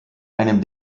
einem